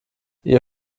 ihr